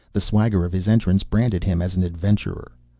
the swagger of his entrance branded him as an adventurer.